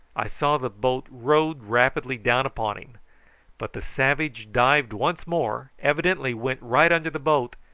i saw the boat rowed rapidly down upon him but the savage dived once more, evidently went right under the boat,